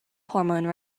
hormone